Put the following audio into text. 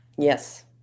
Yes